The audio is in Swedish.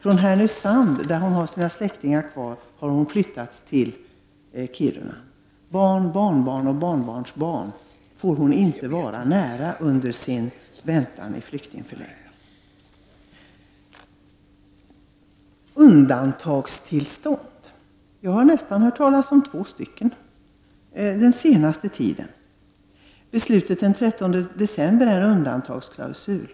Hon har flyttats från Härnösand — där släktingarna finns kvar — till Kiruna. Hon får inte vara nära sina barn, barnbarn och barnbarnsbarn under sin väntan i flyk Jag har under den senaste tiden hört talas om två typer av undantagstillstånd. Beslutet från den 13 december är en undantagsklausul.